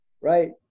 right